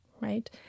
right